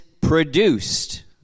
produced